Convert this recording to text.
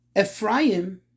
Ephraim